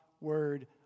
Word